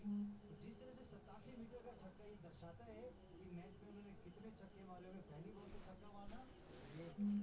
ভারতে যেহেতু চাষ একটা বিশেষ বিষয় তাই আমাদের দেশে অনেক চাষের সরঞ্জাম বিক্রি হয়